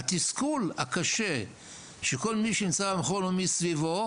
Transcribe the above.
התסכול הקשה שכל מי שנמצא במכון ומסביבו,